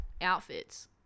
outfits